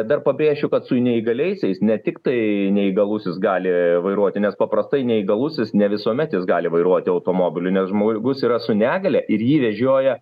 dar pabrėšiu kad su neįgaliaisiais ne tiktai neįgalusis gali vairuoti nes paprastai neįgalusis ne visuomet jis gali vairuoti automobilį nes žmogus yra su negalia ir jį vežioja